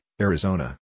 Arizona